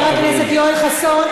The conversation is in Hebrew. חבר הכנסת יואל חסון.